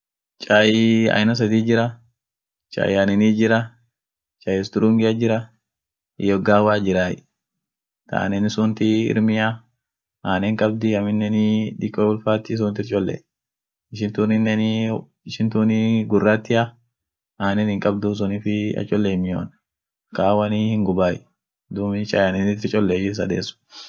Gahawansun hinjirai, gahawa aina lamati tok hinguba, tokiinen hinmiai. dumii kalila gubsunii saa dibi inama lilagubfediit jira, kunineenii kainaman lila mia fediit jirai. laaman suut jira, duub kagubiit jira ka miaiit jir.